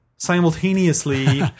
Simultaneously